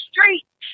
streets